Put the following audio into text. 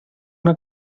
una